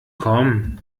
komm